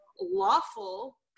lawful